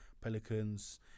Pelicans